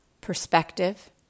Perspective